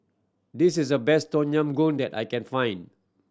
this is a best Tom Yam Goong that I can find